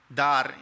dar